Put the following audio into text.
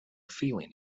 feeling